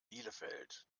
bielefeld